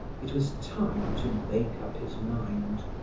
it was time to make up his mind.